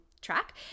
track